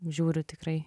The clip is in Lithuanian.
žiūriu tikrai